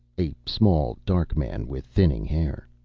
a small dark man with thinning hair.